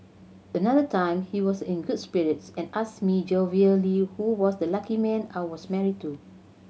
another time he was in good spirits and asked me jovially who was the lucky man I was married to